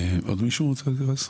עוד מישהו רוצה להתייחס?